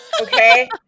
Okay